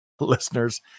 listeners